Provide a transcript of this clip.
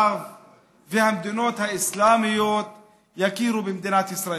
והמדינות האסלאמיות יכירו במדינת ישראל.